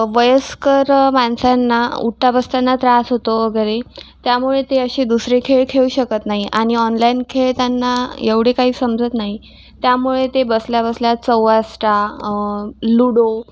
वयस्कर माणसांना उठता बसताना त्रास होतो वगैरे त्यामुळे ते असे दुसरे खेळ खेळू शकत नाही आणि ऑनलाईन खेळ त्यांना एवढे काही समजत नाही त्यामुळे ते बसल्या बसल्या चौवास्टा लूडो